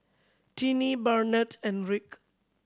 Tiney Barnett and Rick